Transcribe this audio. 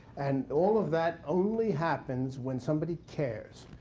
and all of that only happens when somebody cares.